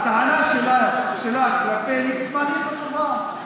הטענה שלך כלפי ליצמן היא חשובה,